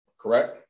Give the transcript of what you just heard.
correct